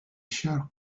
chers